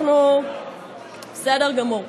בסדר גמור.